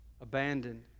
abandoned